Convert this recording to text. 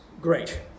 Great